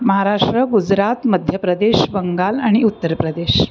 महाराष्ट्र गुजरात मध्य प्रदेश बंगाल आणि उत्तर प्रदेश